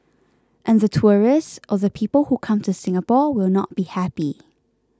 and the tourists or the people who come to Singapore will not be happy